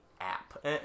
app